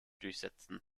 durchsetzen